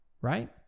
right